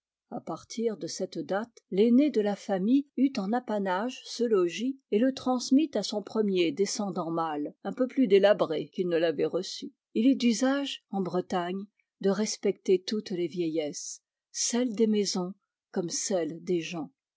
a partir de cette date l'aîné de la famille eut en apanage ce logis et le transmit à son premier descendant mâle un peu plus délabré qu'il ne l'avait reçu il est d'usage en bretagne de respecter toutes les vieillesses celle des maisons comme celle des gens